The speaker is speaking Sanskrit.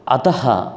अतः